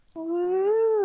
Woo